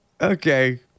Okay